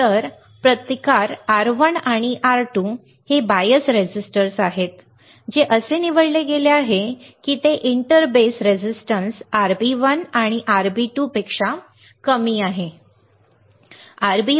तर प्रतिकार R1 आणि R2 हे बायस रेझिस्टर्स आहेत जे असे निवडले गेले आहेत की ते इंटर बेस रेझिस्टन्स RB 1 आणि RB 2 पेक्षा कमी आहेत बरोबर